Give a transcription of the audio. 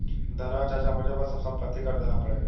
धन्यवाद चाचा मुझे बस अब संपत्ति कर देना पड़ेगा